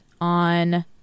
on